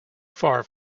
far